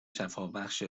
شفابخش